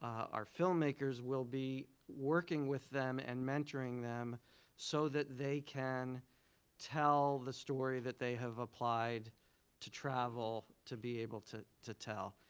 our filmmakers will be working with them and mentoring them so that they can tell the story that they have applied to travel to be able to to tell.